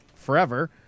forever